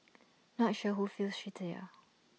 not sure who feels shittier